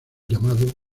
llamado